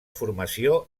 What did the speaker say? formació